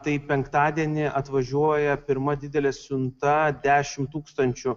tai penktadienį atvažiuoja pirma didelė siunta dešimt tūkstančių